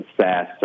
SaaS